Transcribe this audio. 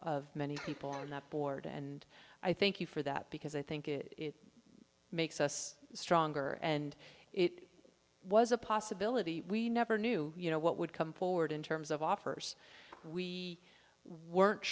many people who are not bored and i thank you for that because i think it makes us stronger and it was a possibility we never knew you know what would come forward in terms of offers we weren't